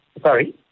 sorry